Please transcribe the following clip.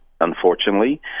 unfortunately